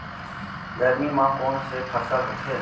गरमी मा कोन से फसल होथे?